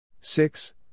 six